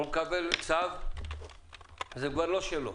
הוא היה מקבל צו וזה כבר לא שלו,